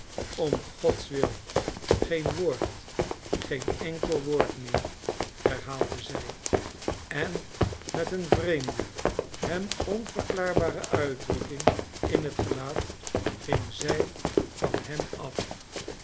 om godswil geen woord geen enkel woord meer herhaalde zij en met een vreemde hem onverklaarbare uitdrukking in het gelaat ging zij van hem af